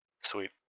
Sweet